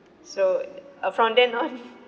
so uh from then on